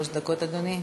שלוש דקות, אדוני.